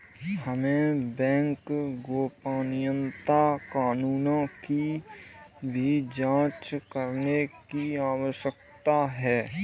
हमें बैंक गोपनीयता कानूनों की भी जांच करने की आवश्यकता है